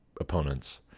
opponents